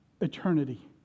eternity